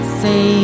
say